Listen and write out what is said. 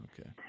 Okay